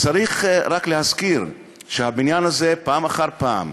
צריך רק להזכיר שהבניין הזה, פעם אחר פעם,